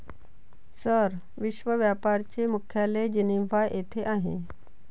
sir, विश्व व्यापार चे मुख्यालय जिनिव्हा येथे आहे